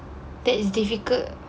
that is difficult